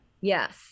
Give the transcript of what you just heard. Yes